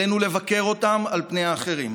עלינו לבכר אותם על פני האחרים,